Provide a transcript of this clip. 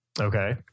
okay